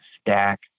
stack